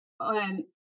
on